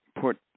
put